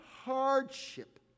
hardship